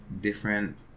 different